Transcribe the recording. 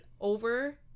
over